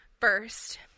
first